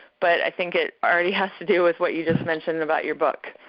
but i think it already has to do with what you just mentioned about your book.